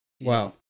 Wow